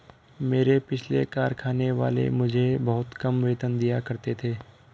मेरे पिछले कारखाने वाले मुझे बहुत कम वेतन दिया करते थे